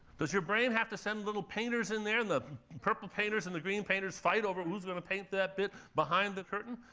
does your brain have to send little painters in there? the purple-painters and the green-painters fight over who's going to paint that bit behind the curtain?